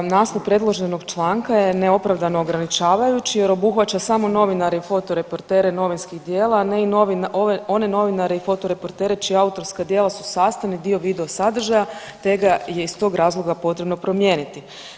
Pa znači naslov predloženog članka je neopravdano ograničavajući jer obuhvaća samo novinare i fotoreportere novinskih djela, ne i one novinare i fotoreportere čija autorska djela su sastavni dio video sadržaja te ga je iz tog razloga potrebno promijeniti.